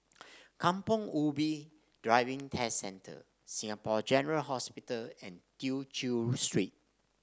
Kampong Ubi Driving Test Centre Singapore General Hospital and Tew Chew Street